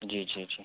जी जी जी